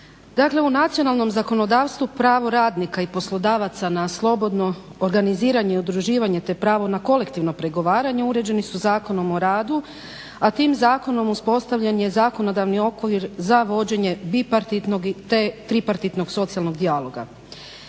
Dakle, u nacionalnom zakonodavstvu pravo radnika i poslodavaca na slobodno organiziranje i udruživanje, te pravo na kolektivno pregovaranje uređeni su Zakonom o radu, a tim zakonom uspostavljen je zakonodavni okvir za vođenje bipartitnog, te tripartitnog socijalnog dijaloga.